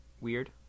weird